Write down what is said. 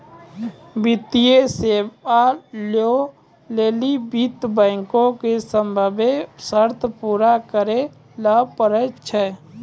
वित्तीय सेवा लै लेली वित्त बैंको के सभ्भे शर्त पूरा करै ल पड़ै छै